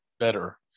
better